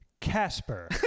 Casper